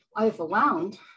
overwhelmed